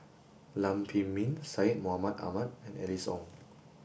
Lam Pin Min Syed Mohamed Ahmed and Alice Ong